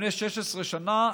לפני 16 שנה,